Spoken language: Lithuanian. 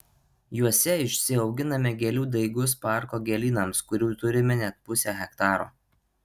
juose išsiauginame gėlių daigus parko gėlynams kurių turime net pusę hektaro